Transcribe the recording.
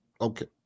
okay